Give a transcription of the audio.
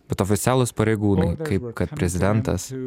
bet oficialūs pareigūnai kaip kad prezidentas